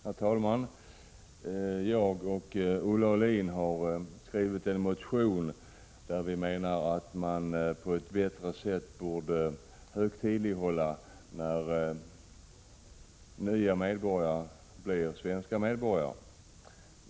Herr talman! Jag och Olle Aulin har väckt en motion om att man på ett bättre sätt än för närvarande borde högtidlighålla den tidpunkt då en person blir svensk medborgare.